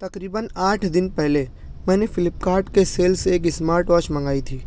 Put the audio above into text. تقریباََ آٹھ دن پہلے میں نے فلپ کارٹ کے سیل سے ایک اسمارٹ واچ منگائی تھی